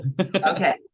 Okay